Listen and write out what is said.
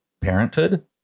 parenthood